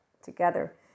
Together